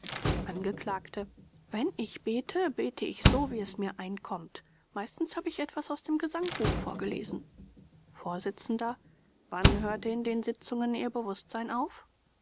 angekl wenn ich bete bete ich so wie es mir einkommt meistens habe ich etwas aus dem gesangbuch vorgelesen vors wann hörte in den sitzungen ihr bewußtsein auf